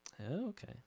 okay